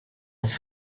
his